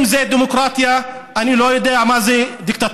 אם זו דמוקרטיה, אני לא יודע מה זו דיקטטורה.